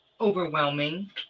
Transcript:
overwhelming